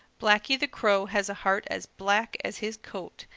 blacky the crow has a heart as black as his coat,